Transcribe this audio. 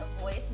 voice